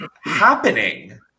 happening